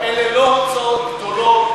אלה לא הוצאות גדולות,